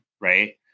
right